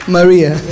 Maria